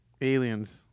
aliens